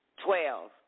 Twelve